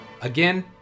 Again